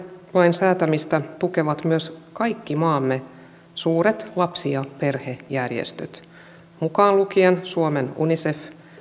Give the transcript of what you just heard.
säätämistä tukevat myös kaikki maamme suuret lapsi ja perhejärjestöt mukaan lukien suomen unicef